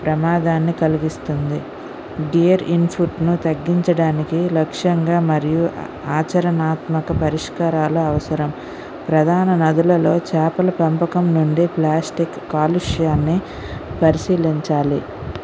ప్రమాదాన్ని కలిగిస్తుంది gear input ను తగ్గించడానికి లక్ష్యంగా మరియు ఆచరణాత్మక పరిస్కారాల అవసరం ప్రధాన నదులలో చేపలు పెంపకం నుండి ప్లాస్టిక్ కాలుష్యాని పరిశీలించాలి